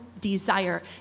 desire